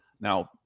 Now